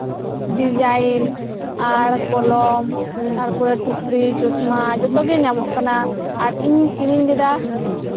design ᱟᱨ ᱠᱚᱞᱚᱢ ᱛᱟᱨᱯᱚᱨ ᱴᱩᱯᱨᱤ ᱪᱚᱥᱢᱟ ᱡᱚᱛᱚ ᱜᱮ ᱧᱟᱢᱚᱜ ᱠᱟᱱᱟ ᱟᱨ ᱤᱧ ᱠᱤᱨᱤᱧ ᱞᱮᱫᱟᱼ